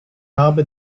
habe